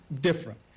different